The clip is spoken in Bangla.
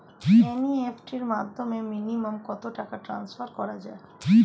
এন.ই.এফ.টি র মাধ্যমে মিনিমাম কত টাকা ট্রান্সফার করা যায়?